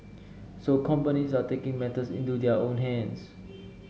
so companies are taking matters into their own hands